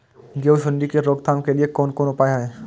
गेहूँ सुंडी के रोकथाम के लिये कोन कोन उपाय हय?